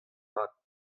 mat